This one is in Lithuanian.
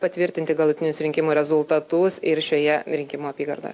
patvirtinti galutinius rinkimų rezultatus ir šioje rinkimų apygardoje